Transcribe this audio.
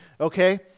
Okay